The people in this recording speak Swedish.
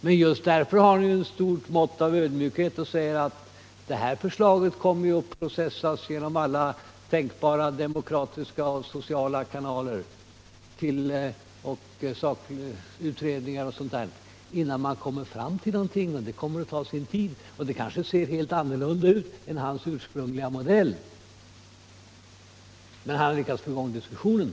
Men just därför har han ett stort mått av ödmjukhet och säger att det här förslaget kommer att processas genom alla tänkbara demokratiska och sociala kanaler, i sakutredningar och sådant, innan man når fram till någonting, och det kommer att ta sin tid. Kanske kommer resultatet att se helt annorlunda ut än hans ursprungliga modell — men han har lyckats få i gång diskussionen.